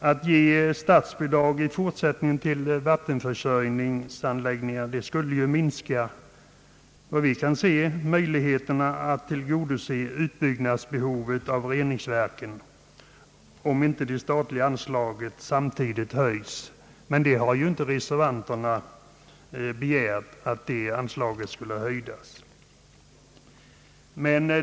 Att 1 fortsättningen ge statsbidrag till vattenförsörjningsanläggningar skulle, vad vi kan se, minska möjligheterna att tillgodose utbyggnadsbehovet av reningsverk, om inte det statliga anslaget samtidigt höjs, och det har reservanterna inte begärt.